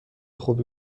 خوبی